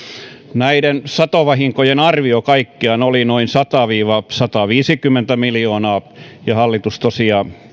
näiden satovahinkojen arvio kaikkiaan oli noin sata viiva sataviisikymmentä miljoonaa ja hallitus tosiaan